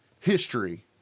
history